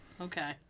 Okay